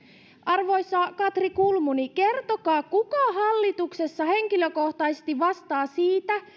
arvoisa katri kulmuni kertokaa kuka hallituksessa henkilökohtaisesti vastaa siitä